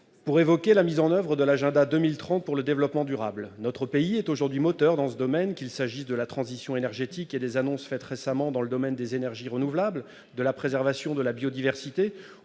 pour évoquer la mise en oeuvre de l'Agenda 2030 pour le développement durable. Notre pays est aujourd'hui moteur dans ce domaine, qu'il s'agisse de la transition énergétique et des annonces faites récemment dans le domaine des énergies renouvelables, de la préservation de la biodiversité